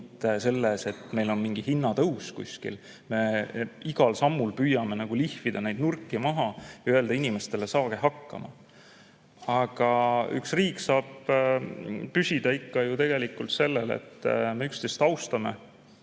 sellest, et meil on mingi hinnatõus kuskil. Me igal sammul püüame nagu lihvida neid nurki maha ja öelda inimestele: "Saage hakkama." Aga üks riik saab püsida ikka ju tegelikult sellel, et me üksteist austame.